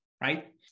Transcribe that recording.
right